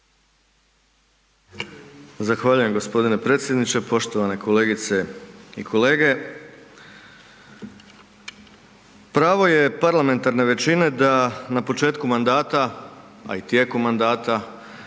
Zahvaljujem g. predsjedniče, poštovane kolegice i kolege. Pravo je parlamentarne većine da na početku mandata, a i tijekom mandata